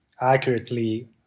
accurately